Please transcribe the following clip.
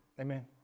Amen